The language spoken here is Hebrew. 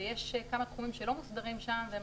ויש כמה תחומים שלא מוסדרים שם והם